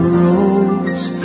rose